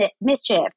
mischief